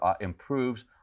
improves